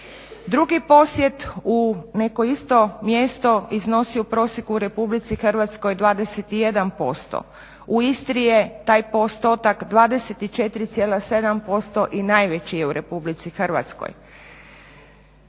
Drugi posjet u neko isto mjesto iznosi u prosjeku u RH 21% U Istri je taj postotak 24,7% i najveći je u Republici Hrvatskoj.